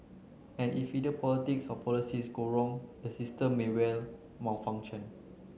and if either politics or policies go wrong the system may well malfunction